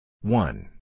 One